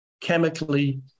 chemically